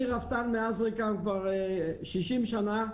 אני רפתן מעזריקם כבר 60 שנה.